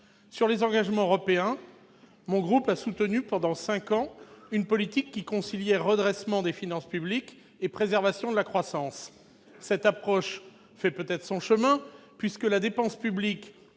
Sur les engagements européens, mon groupe a soutenu pendant cinq ans une politique qui conciliait redressement des finances publiques et préservation de la croissance. Peut-être cette approche fait-elle son chemin, puisque la dépense publique